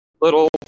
little